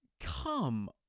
Come